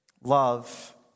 Love